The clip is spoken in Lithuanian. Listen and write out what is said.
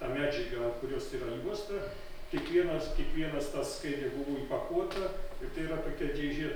ta medžiaga ant kurios yra juosta kiekvienas kiekveinas tas skaidrė buvo įpakuota ir tai yra tokia dėžė